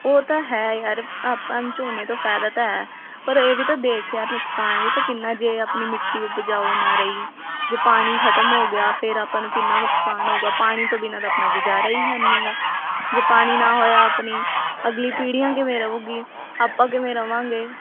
ਉਹ ਤਾਂ ਹੈ ਯਾਰ ਆਪਾਂ ਨੂੰ ਝੋਨੇ ਤੋਂ ਫਾਇਦਾ ਤਾਂ ਹੈ ਪਰ ਇਹ ਵੀ ਤਾਂ ਦੇਖ ਯਾਰ ਨੁਕਸਾਨ ਵੀ ਤਾਂ ਕਿੰਨਾ ਜੇ ਆਪਣੀ ਮਿੱਟੀ ਉਪਜਾਊ ਨਾ ਰਹੀ ਜੇ ਪਾਣੀ ਖਤਮ ਹੋ ਗਿਆ ਫਿਰ ਆਪਾਂ ਨੂੰ ਕਿੰਨਾ ਨੁਕਸਾਨ ਹੋਵੇਗਾ ਪਾਣੀ ਤੋਂ ਬਿਨਾਂ ਤਾਂ ਆਪਣਾ ਗੁਜ਼ਾਰਾ ਹੀ ਹੈ ਨਹੀਂ ਗਾ ਜੇ ਪਾਣੀ ਨਾ ਹੋਇਆ ਆਪਣੀ ਅਗਲੀ ਪੀੜ੍ਹੀਆਂ ਕਿਵੇਂ ਰਹੂਗੀ ਆਪਾਂ ਕਿਵੇਂ ਰਹਾਂਗੇ